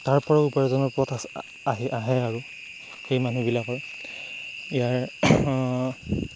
তাৰ পৰাও উপাৰ্জনৰ পথ আছে আহে আহে আৰু সেই মানুহবিলাকৰ ইয়াৰ